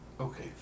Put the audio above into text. Okay